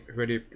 ready